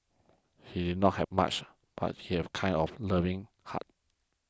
he did not have much but he have kind of learning heart